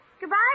goodbye